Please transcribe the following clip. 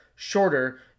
shorter